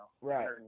Right